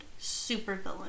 supervillain